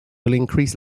increase